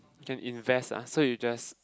can invest ah so you just